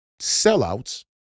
sellouts